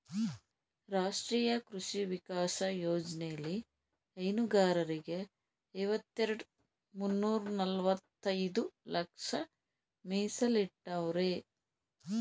ರಾಷ್ಟ್ರೀಯ ಕೃಷಿ ವಿಕಾಸ ಯೋಜ್ನೆಲಿ ಹೈನುಗಾರರಿಗೆ ಐವತ್ತೆರೆಡ್ ಮುನ್ನೂರ್ನಲವತ್ತೈದು ಲಕ್ಷ ಮೀಸಲಿಟ್ಟವ್ರೆ